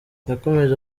yakomeje